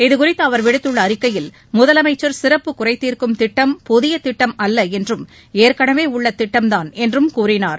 இதுகுறித்து அவர் விடுத்துள்ள அறிக்கையில் முதலமைச்சர் சிறப்பு குறை தீர்க்கும் திட்டம் புதிய திட்டம் அல்ல என்றும் ஏற்கனவே உள்ள திட்டம்தான் என்றும் கூறினார்